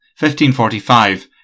1545